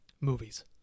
movies